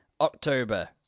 October